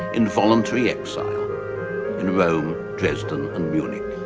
in voluntary exile in rome, dresden and munich.